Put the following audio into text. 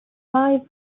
five